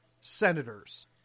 senators